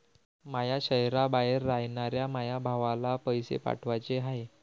माया शैहराबाहेर रायनाऱ्या माया भावाला पैसे पाठवाचे हाय